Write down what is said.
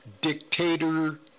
dictator